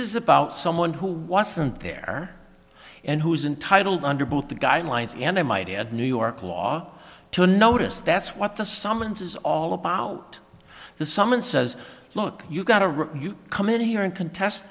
is about someone who wasn't there and who isn't titled under both the guidelines and i might add new york law to notice that's what the summons is all about the someone says look you've got a room you come in here and contest